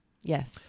Yes